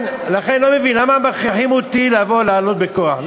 אני לא מבין למה מכריחים אותי לבוא, לעלות בכוח?